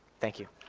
thank you.